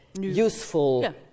useful